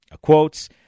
quotes